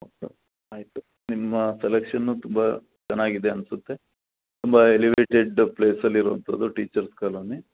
okay ಆಯಿತು ನಿಮ್ಮ selection ತುಂಬ ಚೆನ್ನಾಗಿದೆ ಅನಿಸುತ್ತೆ ತುಂಬ ಎಲಿವೇಟೆಡ್ ಪ್ಲೇಸಲ್ಲಿ ಇರುವಂಥದ್ದು ಟೀಚರ್ಸ್ ಕಾಲೋನಿ